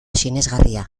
sinesgarria